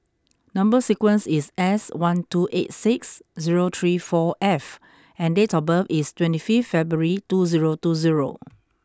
number sequence is S one two eight six zero three four F and date of birth is twenty fifth February two zero two zero